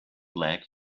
leg